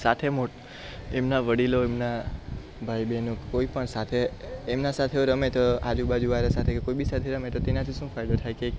સાથે મોટ એમના વડીલો એમના ભાઈ બેનો કોઈ પણ સાથે એમના સાથે રમે તો આજુબાજુવાળા સાથે કોઈ બી સાથે રમે એનાથી શું ફાયદો થાય કે